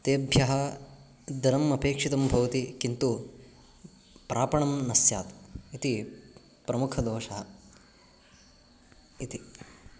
तेभ्यः धनम् अपेक्षितं भवति किन्तु प्रापणं न स्यात् इति प्रमुखदोषः इति